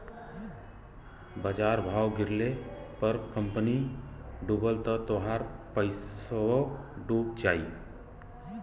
बाजार भाव गिरले पर कंपनी डूबल त तोहार पइसवो डूब जाई